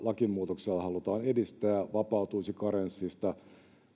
lakimuutoksella halutaan edistää vapautuisi karenssista